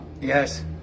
yes